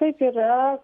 taip yra